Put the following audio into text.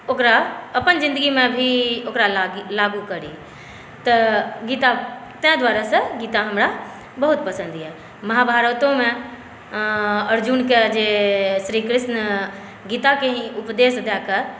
ओकरा अपन जिन्दगीमे भी ओकरा लागी लागू करी तऽ गीता ताहि दुआरेसँ गीता हमरा बहुत पसन्द यए महाभारतोमे अर्जुनकेँ जे श्रीकृष्ण गीताके ही उपदेश दए कऽ